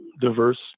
diverse